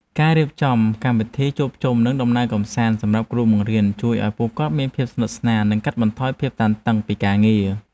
ការរៀបចំកម្មវិធីជួបជុំនិងដំណើរកម្សាន្តសម្រាប់គ្រូបង្រៀនជួយឱ្យពួកគាត់មានភាពស្និទ្ធស្នាលនិងកាត់បន្ថយភាពតានតឹងពីការងារ។